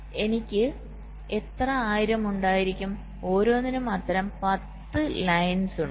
അതിനാൽ എനിക്ക് എത്ര 1000 ഉണ്ടായിരിക്കും ഓരോന്നിനും അത്തരം 10 ലൈൻസ് ഉണ്ട്